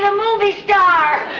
yeah movie star